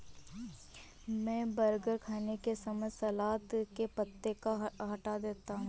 मैं बर्गर खाने के समय सलाद के पत्तों को हटा देता हूं